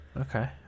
okay